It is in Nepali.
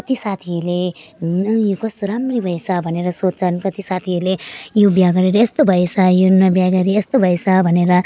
कति साथीहरूले न यो कस्तो राम्री भएछ भनेर सोच्छन् कति साथीहरूले यो बिहा गरेर यस्तो भएछ यो न बिहा गरी यस्तो भएछ भनेर